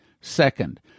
Second